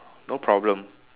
no problem